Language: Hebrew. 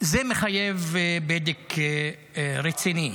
זה מחייב בדק רציני,